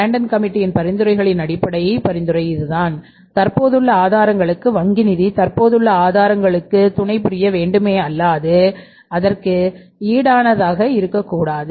டாண்டன் கமிட்டியின் பரிந்துரைகளின் அடிப்படை பரிந்துரை இதுதான் தற்போதுள்ள ஆதாரங்களுக்கு வங்கி நிதி தற்போதுள்ள ஆதாரங்களுக்கு துணைபுரிய வேண்டுமே அல்லாது அதற்கு ஈடான தாக இருக்கக் கூடாது